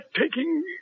taking